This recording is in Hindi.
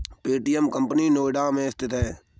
पे.टी.एम कंपनी नोएडा में स्थित है